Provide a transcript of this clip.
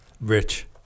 rich